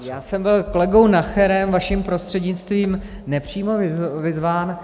Já jsem byl kolegou Nacherem vaším prostřednictvím nepřímo vyzván.